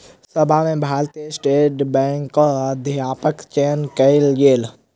सभा में भारतीय स्टेट बैंकक अध्यक्षक चयन कयल गेल